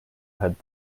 had